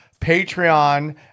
Patreon